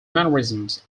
mannerisms